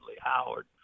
Howard